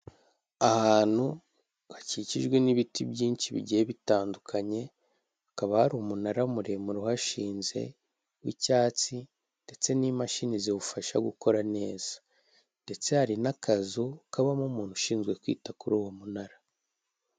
Ahantu hakikijwe n'ibiti byinshi bigiye bitandukanye, hakaba hari umunara muremure uhashinze w'icyatsi, ndetse n'imashini ziwufasha gukora neza, ndetse hari n'akazu kabamo umuntu ushinzwe kwita kuri uwo munara.